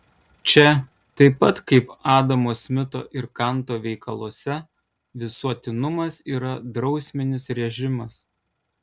čia taip pat kaip adamo smito ir kanto veikaluose visuotinumas yra drausminis režimas